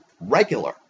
regular